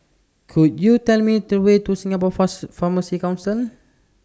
Could YOU Tell Me The Way to Singapore Pharmacy Council